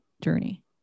journey